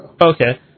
Okay